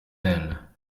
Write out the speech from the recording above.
elle